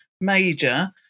major